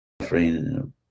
suffering